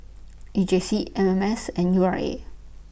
E J C M M S and U R A